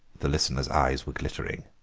the listener's eyes were glittering.